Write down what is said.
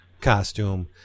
costume